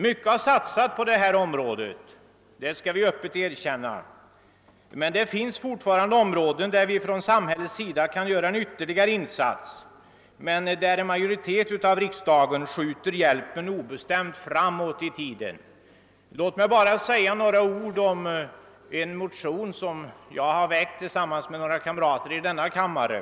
Mycket har satsats på detta område — det skall vi öppet erkänna— men det finns fortfarande områden, där vi från samhällets sida kan göra en ytterligare insats men där en majoritet av riksdagen skjuter hjälpen obestämt framåt i tiden. Låt mig bara säga några ord om en motion, som jag har väckt tillsammans med några kamrater i denna kammare.